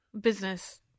business